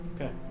Okay